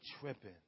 tripping